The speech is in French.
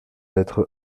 lettre